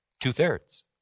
Two-thirds